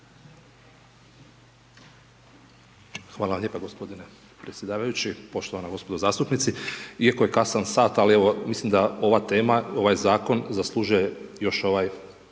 Hvala lijepo g. predsjedavajući, poštovana gospodo zastupnici, iako je kasan sat, ali evo, mislim da ova tema, ovakav zakon zaslužuje još ovaj